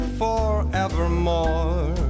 forevermore